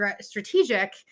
strategic